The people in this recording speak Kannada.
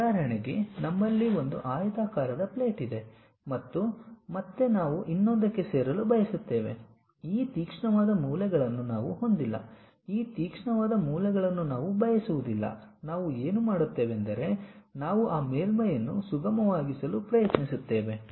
ಉದಾಹರಣೆಗೆ ನಮ್ಮಲ್ಲಿ ಒಂದು ಆಯತಾಕಾರದ ಪ್ಲೇಟ್ ಇದೆ ಮತ್ತು ಮತ್ತೆ ನಾವು ಇನ್ನೊಂದಕ್ಕೆ ಸೇರಲು ಬಯಸುತ್ತೇವೆ ಈ ತೀಕ್ಷ್ಣವಾದ ಮೂಲೆಗಳನ್ನು ನಾವು ಹೊಂದಿಲ್ಲ ಆ ತೀಕ್ಷ್ಣವಾದ ಮೂಲೆಗಳನ್ನು ನಾವು ಬಯಸುವುದಿಲ್ಲ ನಾವು ಏನು ಮಾಡುತ್ತೇವೆಂದರೆ ನಾವು ಆ ಮೇಲ್ಮೈಯನ್ನು ಸುಗಮವಾಗಿಸಲು ಪ್ರಯತ್ನಿಸುತ್ತೇವೆ